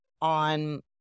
on